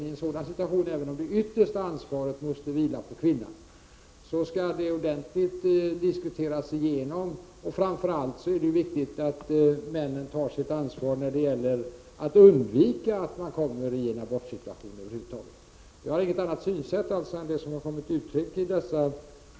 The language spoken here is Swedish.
Även om det yttersta ansvaret måste vila på kvinnan skall båda ordentligt diskutera igenom detta. Det är framför allt viktigt att männen tar sitt ansvar när det gäller att undvika att komma i en abortsituation över huvud taget.